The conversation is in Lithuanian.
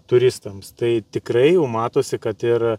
turistams tai tikrai jau matosi kad ir